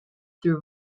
through